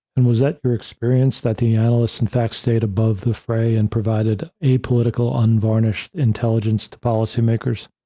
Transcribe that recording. and was that your experience that the analysts in fact state above the fray and provided a political, unvarnished intelligence to policymakers?